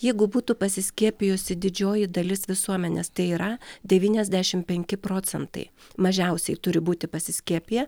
jeigu būtų pasiskiepijusi didžioji dalis visuomenės tai yra devyniasdešimt penki procentai mažiausiai turi būti pasiskiepiję